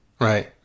Right